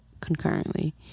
concurrently